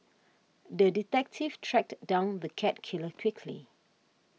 the detective tracked down the cat killer quickly